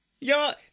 Y'all